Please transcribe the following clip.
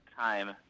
time